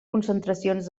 concentracions